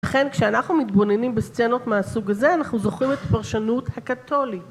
לכן, כשאנחנו מתבוננים בסצנות מהסוג הזה, אנחנו זוכרים את הפרשנות הקתולית.